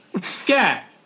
Scat